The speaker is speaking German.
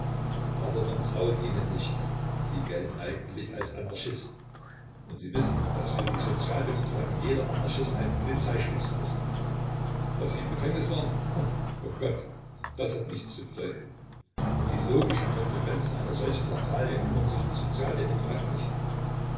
aber man traut ihnen nicht sie gelten eigentlich als anarchist und sie wissen daß für die sozialdemokraten jeder anarchist ein polizeispitzel ist daß sie im gefängnis waren o gott das hat nichts zu bedeuten um die logischen konsequenzen einer solchen lappalie kümmern sich die sozialdemokraten nicht